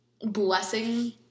blessing